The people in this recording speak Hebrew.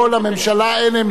ואתה, אין עמדה.